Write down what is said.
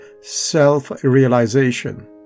self-realization